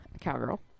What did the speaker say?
cowgirl